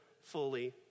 fully